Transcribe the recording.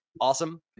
Awesome